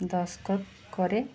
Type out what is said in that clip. ଦସ୍କତ୍ କରେ